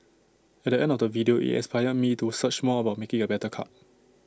at the end of the video IT inspired me to search more about making A better cup